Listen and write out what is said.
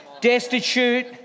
Destitute